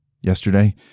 yesterday